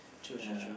true true true